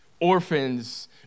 Orphans